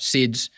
Sids